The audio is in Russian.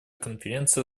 конференция